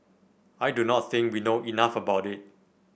I do not think we know enough about it